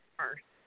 first